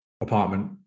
apartment